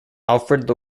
alfred